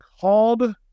called